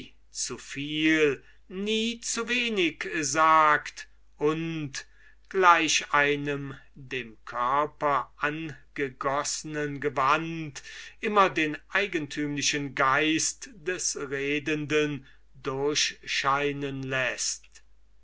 zu viel nie zu wenig sagt und gleich einem dem körper angegoßnen gewand immer den eigentümlichen geist des redenden durchscheinen läßt